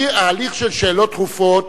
ההליך של שאלות דחופות